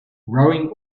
rowing